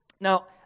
Now